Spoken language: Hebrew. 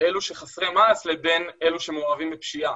אלו שחסרי מעש לבין אלה שמעורבים בפשיעה.